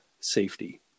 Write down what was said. safety